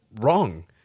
wrong